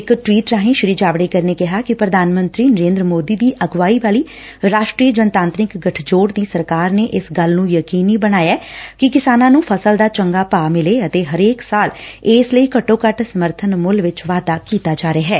ਇਕ ਟਵੀਟ ਰਾਹੀਂ ਸ੍ਰੀ ਜਾਵੜੇਕਰ ਨੇ ਕਿਹਾ ਕਿ ਪ੍ਰਧਾਨ ਮੰਤਰੀ ਨਰੇਦਰ ਮੋਦੀ ਦੀ ਅਗਵਾਈ ਵਾਲੀ ਰਾਸ਼ਟਰੀ ਜਨਤਾਂਤਰਿਕ ਗਠਜੋੜ ਦੀ ਸਰਕਾਰ ਨੇ ਇਸ ਗੱਲ ਨੂੰ ਯਕੀਨੀ ਬਣਾਇਐ ਕਿ ਕਿਸਾਨਾਂ ਨੂੰ ਫਸਲ ਦਾ ਚੰਗਾ ਭਾਅ ਮਿਲੇ ਅਤੇ ਹਰੇਕ ਸਾਲ ਇਸ ਲਈ ਘੱਟੋ ਘੱਟ ਸਮਰਥਨ ਮੁੱਲ ਵਿਚ ਵਾਧਾ ਕੀਤਾ ਜਾ ਰਿਹੈ